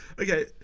Okay